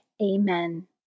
Amen